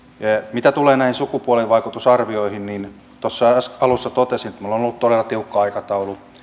mitä tulee näihin sukupuolivaikutusarvioihin niin tuossa alussa totesin että meillä on ollut todella tiukka aikataulu